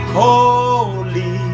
holy